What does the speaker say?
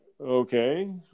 okay